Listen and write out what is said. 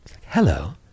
Hello